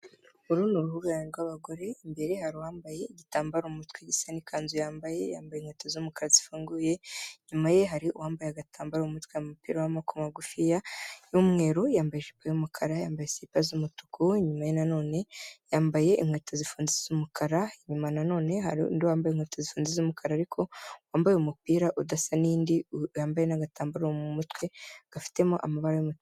Uru ni urubuga rw'abagore imbere hari uwambaye igitambaro mu mutwe isa n'ikanzu yambaye, yambaye inkweto z'umukara zifunguye inyuma ye, hari uwambaye agatambaro mu umutwe, mupira w'amaboko magufi y'umweru yambaye ijipo y'umukara, yambaye siripa z' umutuku inyuma nan none yambaye inkweto zifunze z umukara inyuma nanone hari undi wambaye inkweto z'umukara ariko wambaye umupira udasa n'indi, yambaye n'agatambaro mu mutwe gafitemo amabara.